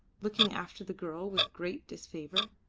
looking after the girl with great disfavour.